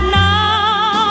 now